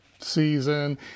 season